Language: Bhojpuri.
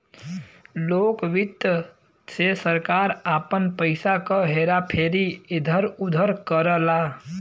लोक वित्त से सरकार आपन पइसा क हेरा फेरी इधर उधर करला